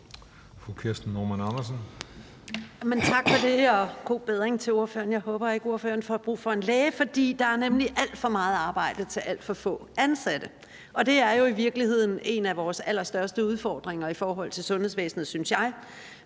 Tak for det. God bedring til ordføreren. Jeg håber ikke, ordføreren får brug for en læge, for der er nemlig alt for meget arbejde til alt for få ansatte. Og det er jo i virkeligheden en af vores allerstørste udfordringer i forhold til sundhedsvæsenet, synes jeg.